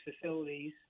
facilities